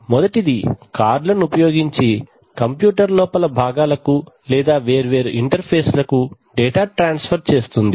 మొదటిది కార్డ్ లను ఉపయోగించి కంప్యూటర్ లోపల భాగాలకు కు లేదా వేరే ఇంటర్ఫేస్ లకు డేటా ట్రాన్స్ఫర్ చేస్తుంది